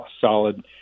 solid